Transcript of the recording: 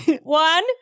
One